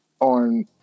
on